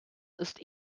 ist